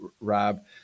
Rob